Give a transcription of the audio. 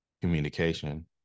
communication